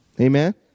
Amen